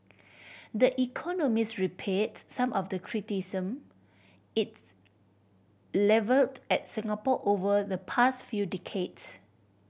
the Economist repeats some of the criticism it levelled at Singapore over the past few decade